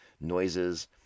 noises